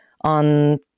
on